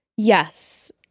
Yes